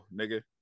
nigga